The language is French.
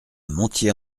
montier